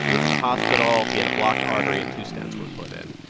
went to the hospital. he had a blocked artery, and two stents were put in.